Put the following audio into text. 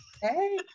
Hey